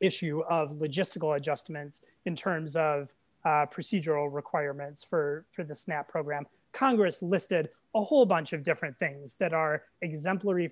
issue of logistical adjustments in terms of procedural requirements for for the snap program congress listed a whole bunch of different things that are exemplary